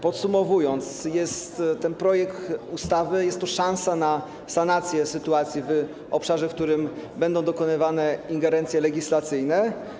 Podsumowując, ten projekt ustawy to szansa na sanację sytuacji w obszarze, w którym będą dokonywane ingerencje legislacyjne.